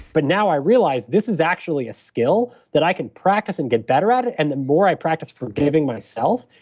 but now i realize this is actually a skill that i can practice and get better at it. and the more i practice forgiving myself,